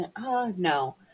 No